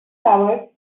hours